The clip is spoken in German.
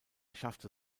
schaffte